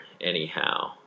anyhow